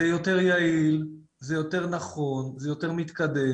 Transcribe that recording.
זה יותר יעיל, זה יותר נכון, זה יותר מתקדם.